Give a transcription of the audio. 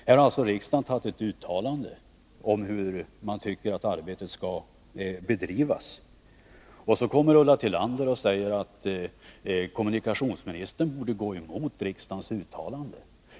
Här har alltså riksdagen gjort ett uttalande om hur den tycker arbetet skall bedrivas. Så kommer Ulla Tillander och säger att kommunikationsministern borde gå emot riksdagens uttalande.